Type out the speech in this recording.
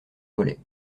volets